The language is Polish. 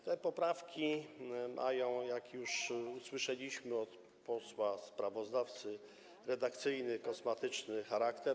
Te poprawki mają - jak już usłyszeliśmy od posła sprawozdawcy - redakcyjny i kosmetyczny charakter.